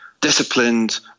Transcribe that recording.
disciplined